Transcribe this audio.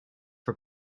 for